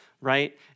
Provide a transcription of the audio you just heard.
right